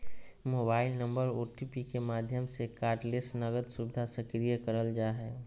mobile number OTP के माध्यम से कार्डलेस नकद सुविधा सक्रिय करल जा हय